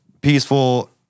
peaceful